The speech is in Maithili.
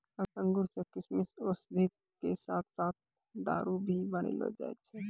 अंगूर सॅ किशमिश, औषधि के साथॅ साथॅ दारू भी बनैलो जाय छै